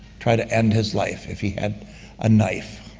try to end his life, if he had a knife.